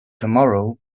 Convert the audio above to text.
tomorrow